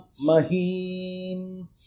Mahim